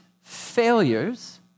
failures